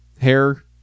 hair